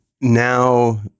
now